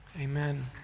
Amen